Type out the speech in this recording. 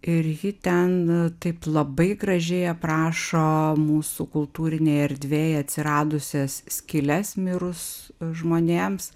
ir ji ten taip labai gražiai aprašo mūsų kultūrinėj erdvėj atsiradusias skyles mirus žmonėms